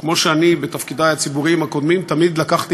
כמו שאני בתפקידי הציבוריים הקודמים תמיד לקחתי